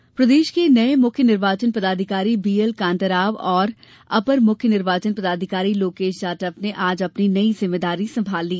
पदभार प्रदेश के नये मुख्य निर्वाचन पदाधिकारी बी एल कान्ताराव और अपर मुख्य निर्वाचन पदाधिकारी लोकेश जाटव ने आज अपनी नई जिम्मेदारी संभाल ली